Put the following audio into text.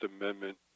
Amendment